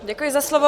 Děkuji za slovo.